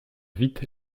vite